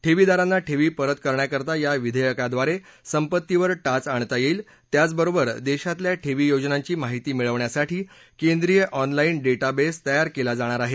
ठेवीदारांना ठेवी परत करण्याकरता या विधेयकाद्वारे संपत्तीवर टाच आणता येईल त्याचबरोबर देशातल्या ठेवी योजनांची माहिती मिळवण्यासाठी केंद्रीय ऑनला जे डेटाबेस तयार केला जाणार आहे